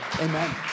Amen